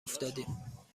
افتادیم